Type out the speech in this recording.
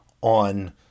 on